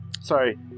Sorry